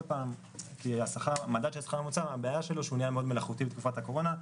כי הבעיה של המדד השכר הממוצע שהוא נהיה מאוד מלאכותי בתקופת הקורונה.